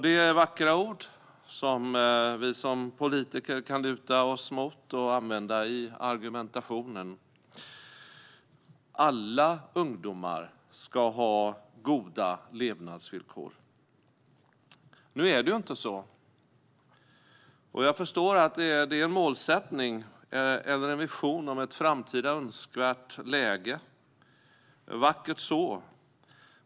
Det är vackra ord som vi politiker kan luta oss emot och använda i argumentationen: "Alla ungdomar ska ha goda levnadsvillkor." Nu är det ju inte så, men jag förstår att det är en målsättning eller en vision om ett framtida önskvärt läge - vackert så.